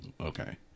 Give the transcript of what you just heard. Okay